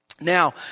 Now